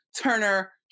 Turner